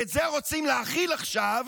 ואת זה רוצים להחיל עכשיו